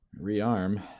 Rearm